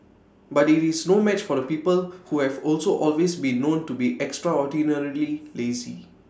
but IT is no match for the people who have also always been known to be extraordinarily lazy